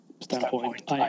standpoint